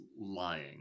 lying